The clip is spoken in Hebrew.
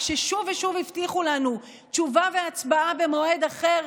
ושוב ושוב הבטיחו לנו: תשובה והצבעה במועד אחר,